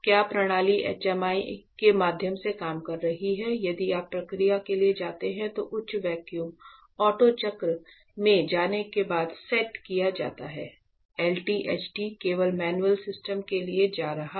क्या प्रणाली HMI के माध्यम से काम कर रही है यदि आप प्रक्रिया के लिए जाते हैं तो उच्च वैक्यूम ऑटो चक्र में जाने के बाद सेट किया जाता है LTHT केवल मैनुअल सिस्टम के लिए जा रहा है